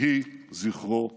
יהי זכרו ברוך.